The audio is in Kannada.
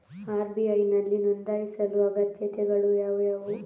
ಆರ್.ಬಿ.ಐ ನಲ್ಲಿ ನೊಂದಾಯಿಸಲು ಅಗತ್ಯತೆಗಳು ಯಾವುವು?